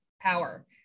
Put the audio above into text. power